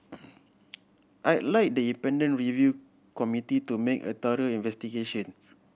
I like the independent review committee to make a thorough investigation